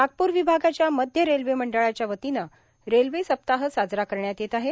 नागप्र विभागाच्या मध्य रेल्वे मंडळाच्या वतीनं रेल्वे सप्ताह साजरा करण्यात येत आहे